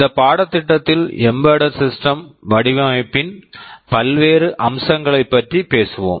இந்த பாடத்திட்டத்தில் embedded systems EmbeddedSystem வடிவமைப்பின் பல்வேறு அம்சங்களைப் பற்றி பேசுவோம்